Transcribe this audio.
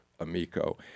Amico